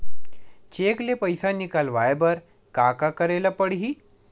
Cheque ले पईसा निकलवाय बर का का करे ल पड़हि?